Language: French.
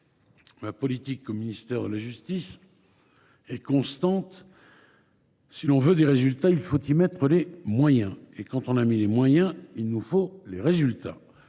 ma politique au ministère de la justice est constante : si on veut des résultats, il faut y mettre les moyens ; et quand on a mis des moyens, il nous faut des résultats